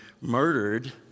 murdered